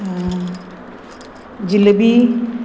jalebi